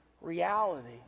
reality